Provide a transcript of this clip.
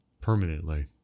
permanently